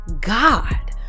god